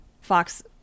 Fox